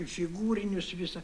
figūrinius visa